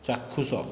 ଚାକ୍ଷୁଷ